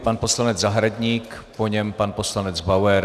Pan poslanec Zahradník, po něm pan poslanec Bauer.